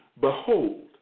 Behold